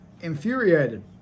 infuriated